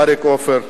אריק עופר,